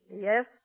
Yes